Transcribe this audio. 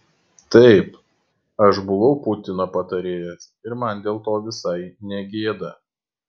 taip aš buvau putino patarėjas ir man dėl to visai ne gėda